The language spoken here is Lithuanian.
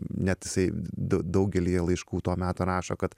net jisai d daugelyje laiškų to meto rašo kad